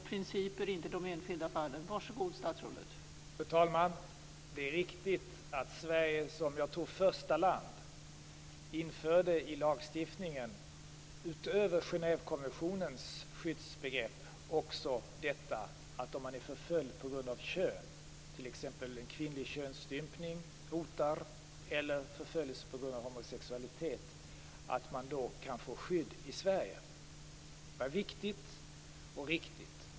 Fru talman! Det är riktigt att Sverige som, tror jag, första land införde i lagstiftningen, utöver Genèvekonventionens skyddsbegrepp, att man om man är förföljd på grund av kön, t.ex. kvinnlig könsstympning eller förföljelse på grund av homosexualitet, kan få skydd i Sverige. Det var viktigt och riktigt.